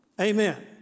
Amen